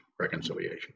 reconciliation